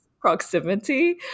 proximity